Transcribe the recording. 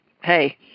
hey